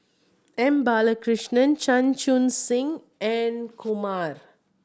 M Balakrishnan Chan Chun Sing and Kumar